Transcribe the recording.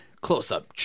close-up